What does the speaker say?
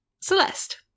Celeste